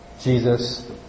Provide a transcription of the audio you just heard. Jesus